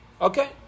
Okay